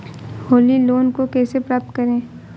Holi loan को कैसे प्राप्त करें?